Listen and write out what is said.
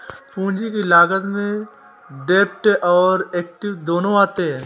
पूंजी की लागत में डेब्ट और एक्विट दोनों आते हैं